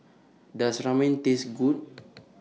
Does Ramen Taste Good